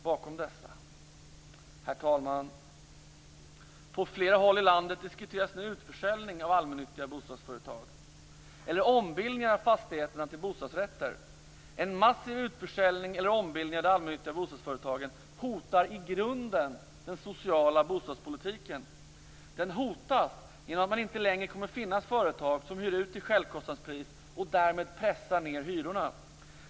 Herr talman! På flera håll i landet diskuteras nu utförsäljning av allmännyttiga bostadsföretag eller ombildningar av fastigheterna till bostadsrätter. En massiv utförsäljning eller ombildning av de allmännyttiga bostadsföretagen hotar i grunden den sociala bostadspolitiken. Den hotas genom att det inte längre kommer finnas företag som hyr ut till självkostnadspris och därmed pressar ned hyrorna.